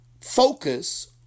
focus